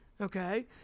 okay